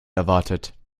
erwartet